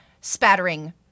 spattering